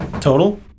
Total